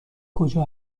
کجا